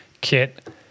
kit